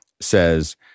says